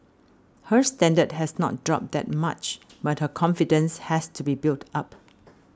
her standard has not dropped that much but her confidence has to be built up